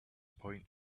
point